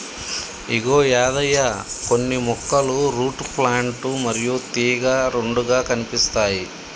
ఇగో యాదయ్య కొన్ని మొక్కలు root plant మరియు తీగ రెండుగా కనిపిస్తాయి